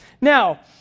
Now